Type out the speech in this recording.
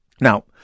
Now